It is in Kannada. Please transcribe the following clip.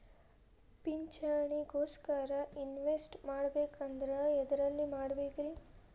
ಪಿಂಚಣಿ ಗೋಸ್ಕರ ಇನ್ವೆಸ್ಟ್ ಮಾಡಬೇಕಂದ್ರ ಎದರಲ್ಲಿ ಮಾಡ್ಬೇಕ್ರಿ?